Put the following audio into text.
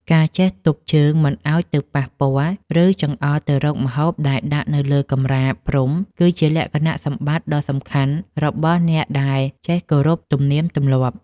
ការចេះទប់ជើងមិនឱ្យទៅប៉ះពាល់ ឬ ចង្អុលទៅរកម្ហូបដែលដាក់នៅលើកម្រាលព្រំគឺជាលក្ខណៈសម្បត្តិដ៏សំខាន់របស់អ្នកដែលចេះគោរពទំនៀមទម្លាប់។